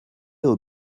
aux